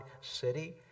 city